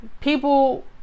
people